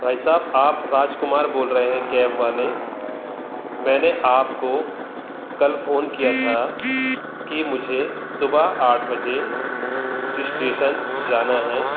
भाई साहब आप राज कुमार बोल रहे हैं कैब वाले मैंने आपको कल फ़ोन किया था की मुझे सुबह आठ बजे स्टेशन जाना है